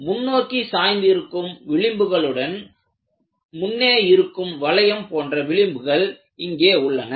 முன்னோக்கி சாய்ந்து இருக்கும் விளிம்புகளுடன் முன்னே இருக்கும் வளையம் போன்ற விளிம்புகள் இங்கே உள்ளன